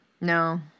No